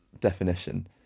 definition